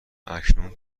اکنون